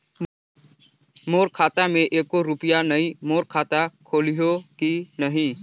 मोर खाता मे एको रुपिया नइ, मोर खाता खोलिहो की नहीं?